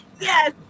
yes